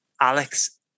alex